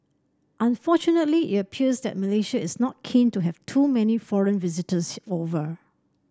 unfortunately it appears that Malaysia is not keen to have too many foreign visitors over